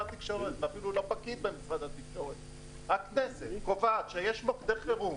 התקשורת ואפילו לא פקיד במשרד התקשורת קובעת שיש מוקדי חירום